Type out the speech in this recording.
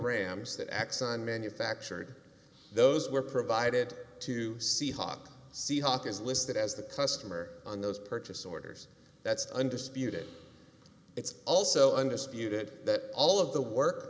rams that exxon manufactured those were provided to seahawk seahawk is listed as the customer on those purchase orders that's undisputed it's also undisputed that all of the work